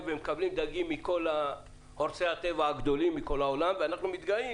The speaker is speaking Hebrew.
ומקבלים דגים מכל הורסי הטבע הגדולים מכל העולם ומתגאים